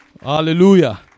Hallelujah